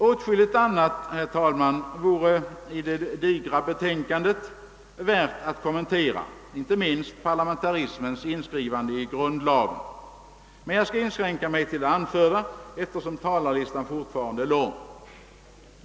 Åtskilligt annat, herr talman, i det digra betänkandet vore värt att kommentera — inte minst parlamentarismens inskrivande i grundlagen — men jag skall inskränka mig till det anförda, eftersom talarlistan fortfarande är lång.